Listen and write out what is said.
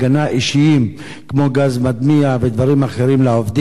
אישיים כמו גז מדמיע ודברים אחרים לעובדים.